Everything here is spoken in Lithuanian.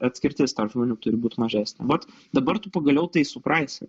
atskirtis tarp žmonių turi būt mažesnė vat dabar tu pagaliau tai suprasi